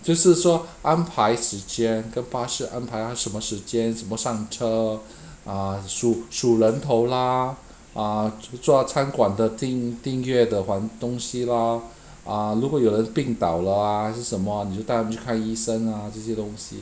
就是说安排时间那个巴士安排他什么时间怎么上车 ah 数数人头 lah ah zu~ 做餐馆的订订阅的还东西 lah ah 如果有人病倒了 ah 还是什么你就带他们去看医生 ah 这些东西